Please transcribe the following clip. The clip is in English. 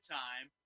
time